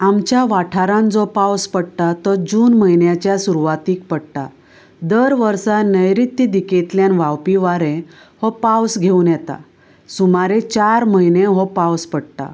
आमच्या वाठारांत जो पावस पडटा तो जून म्हयन्याच्या सुरवातीक पडटा दर वर्सा नैऋत्य दिकेंतल्यान व्हांवपी वारें हो पावस घेवन येता सुमारे चार म्हयने हो पावस पडटा